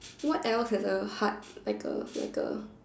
what else has a hard like a like A